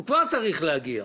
הוא כבר צריך להגיע.